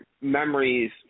memories